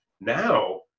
Now